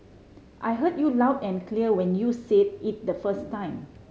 I heard you loud and clear when you said it the first time